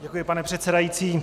Děkuji, pane předsedající.